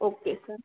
okay sir